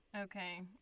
Okay